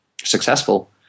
successful